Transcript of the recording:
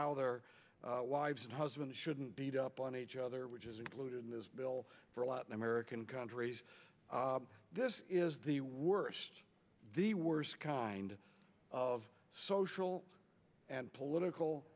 how their wives and husbands shouldn't beat up on each other which is included in this bill for latin american countries this is the worst the worst kind of social and political